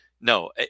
No